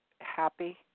happy